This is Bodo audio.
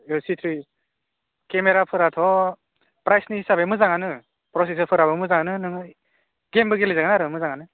औ सि थ्रि केमेराफोराथ' फ्रायसनि हिसाबै मोजांआनो प्रसेस'रफोराबो मोजांआनो नोङो गेमबो गेलेजागोन आरो मोजांआनो